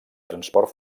transport